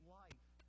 life